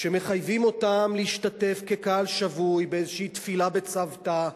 כשמחייבים אותם להשתתף כקהל שבוי באיזו תפילה בצוותא,